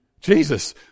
Jesus